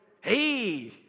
Hey